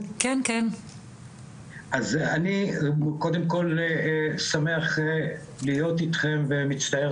אז אני קודם כל שמח להיות איתכם ומצטער